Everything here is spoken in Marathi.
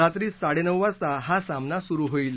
रात्री साडेनऊ वाजता हा सामना सुरू होईल